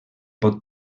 pot